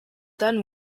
then